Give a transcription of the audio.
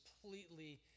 completely